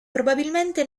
probabilmente